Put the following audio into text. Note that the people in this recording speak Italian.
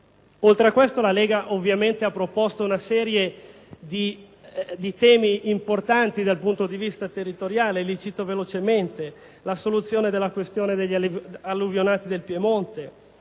Oltre a questo, la Lega ha ovviamente proposto una serie di temi importanti dal punto di vista territoriale, che cito velocemente: la soluzione della questione degli alluvionati del Piemonte;